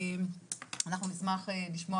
נשמח לשמוע